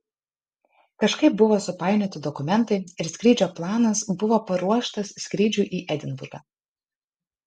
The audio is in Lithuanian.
kažkaip buvo supainioti dokumentai ir skrydžio planas buvo paruoštas skrydžiui į edinburgą